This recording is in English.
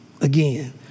Again